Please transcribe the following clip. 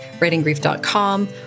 writinggrief.com